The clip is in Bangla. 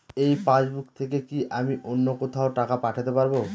এই পাসবুক থেকে কি আমি অন্য কোথাও টাকা পাঠাতে পারব?